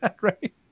right